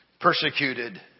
persecuted